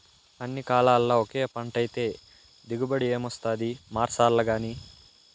అన్ని కాలాల్ల ఒకే పంటైతే దిగుబడి ఏమొస్తాది మార్సాల్లగానీ